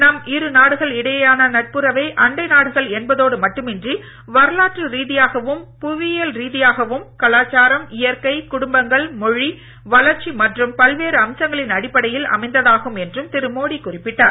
நம் இருநாடுகள் இடையேயான நட்புறவு அண்டை நாடுகள் என்பதோடு மட்டுமின்றி வரலாற்று ரீதியாகவும் புவியியல் ரீதியாகவும் கலாச்சாரம் இயற்கை குடும்பங்கள் மொழி வளர்ச்சி மற்றும் பல்வேறு அம்சங்களின் அடிப்படையில் அமைந்ததாகும் என்றும் திரு மோடி குறிப்பிட்டார்